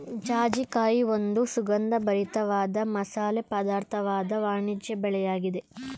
ಜಾಜಿಕಾಯಿ ಒಂದು ಸುಗಂಧಭರಿತ ವಾದ ಮಸಾಲೆ ಪದಾರ್ಥವಾದ ವಾಣಿಜ್ಯ ಬೆಳೆಯಾಗಿದೆ